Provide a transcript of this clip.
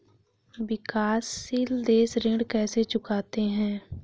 विकाशसील देश ऋण कैसे चुकाते हैं?